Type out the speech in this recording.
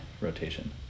rotation